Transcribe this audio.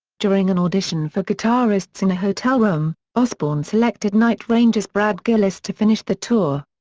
during an audition for guitarists in a hotel room, osbourne selected night ranger's brad gillis to finish the tour.